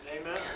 Amen